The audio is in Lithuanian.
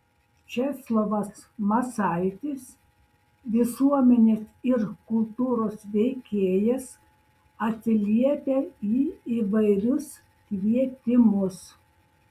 česlovas masaitis visuomenės ir kultūros veikėjas atsiliepia į įvairius kvietimus